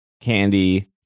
Candy